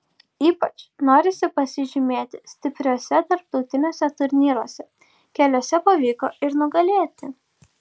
ypač norisi pasižymėti stipriuose tarptautiniuose turnyruose keliuose pavyko ir nugalėti